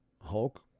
Hulk